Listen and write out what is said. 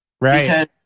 Right